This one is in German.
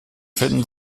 finden